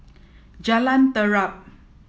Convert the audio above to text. Jalan Terap